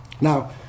Now